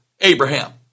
Abraham